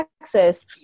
Texas